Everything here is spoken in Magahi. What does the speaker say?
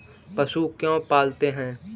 पशु क्यों पालते हैं?